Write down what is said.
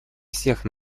всех